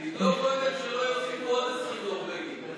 קודם שלא יוסיפו עוד 20 נורבגים.